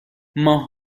ماه